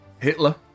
Hitler